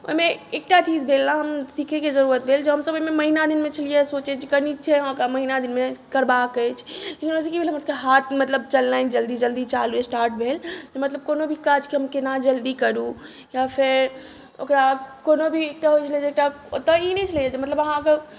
ओहिमे एकटा चीज भेल ने हम सिखैके जरूरत भेल जे हमसब ओहिमे महिना दिनमे छलियै सोचैत जे कनीक छै हँ एकरा महिना दिनमे करबाक अछि लेकिन हमरा सबकेँ की भेलै हमरा सबकेँ हाथ मतलब चलनाइ जल्दी जल्दी चालू स्टार्ट भेल मतलब कओनो भी काजके हम केना जल्दी करू या फेर ओकरा कओनो भी एकटा होइत छै ने एकटा ओतऽ ई नहि छलै जे मतलब अहाँ अगर